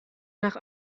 nach